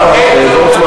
הרב פרוש, זה לא דיון,